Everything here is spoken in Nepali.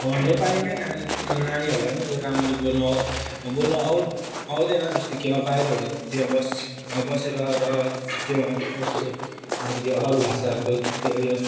नेपाली नै नानी नानीहरूलाई पनि उयो राम्ररी बोल्नु आउ बोल्नु आउ आउँदैन जस्तो कि बाहिरहरू त्यति बस् बसेर र त्यो कस्तो अरू भाषाको त्यो उयो